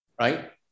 Right